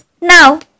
Now